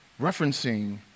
referencing